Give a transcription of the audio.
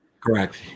Correct